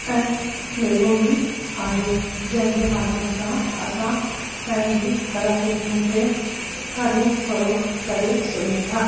ऐं मेलो बि आहे जंहिंजे माध्यम सां असां पंहिंजी कलाकृतियुनि के ख़रीद फ़रोख्त करे सघूं था